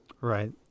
Right